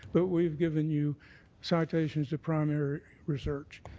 but we've given you citations of primary research,